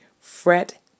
Fret